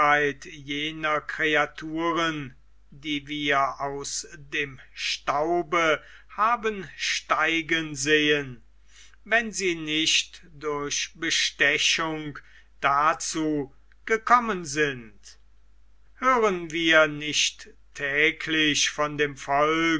jener kreaturen die wir aus dem staube haben steigen sehen wenn sie nicht durch bestechung dazu gekommen sind hören wir nicht täglich von dem volk